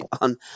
on